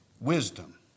Wisdom